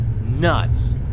Nuts